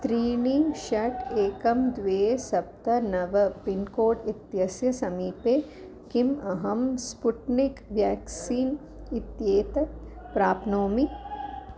त्रीणि षट् एकं द्वे सप्त नव पिन्कोड् इत्यस्य समीपे किम् अहं स्पुट्निक् व्याक्सीन् इत्येतत् प्राप्नोमि